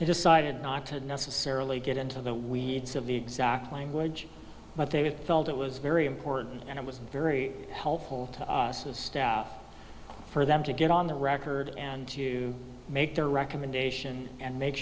decided not to necessarily get into the weeds of the exact language but they felt it was very important and it was very helpful to us as staff for them to get on the record and to make their recommendation and make